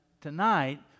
tonight